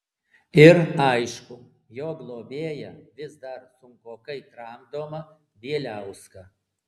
ir aišku jo globėją vis dar sunkokai tramdomą bieliauską